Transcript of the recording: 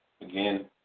Again